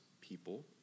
people